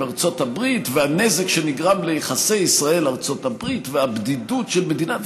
ארצות הברית והנזק שנגרם ליחסי ישראל-ארצות הברית והבדידות של המדינה,